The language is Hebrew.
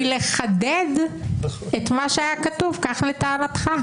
-- היא לחדד את מה שהיה כתוב, כך לטענתך.